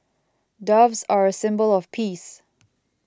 doves are a symbol of peace